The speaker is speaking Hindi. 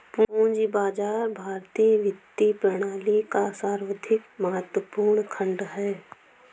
पूंजी बाजार भारतीय वित्तीय प्रणाली का सर्वाधिक महत्वपूर्ण खण्ड है